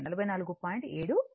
7 o